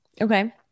Okay